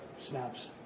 snaps